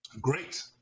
Great